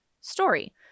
story